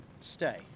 stay